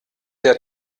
der